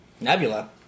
nebula